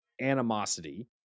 animosity